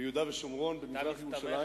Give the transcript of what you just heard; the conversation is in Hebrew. ביהודה ושומרון ובמזרח-ירושלים,